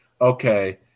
okay